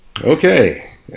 Okay